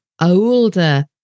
older